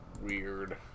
weird